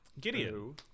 Gideon